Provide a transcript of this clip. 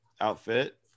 outfit